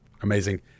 Amazing